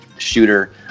shooter